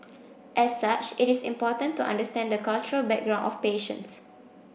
as such it is important to understand the cultural background of patients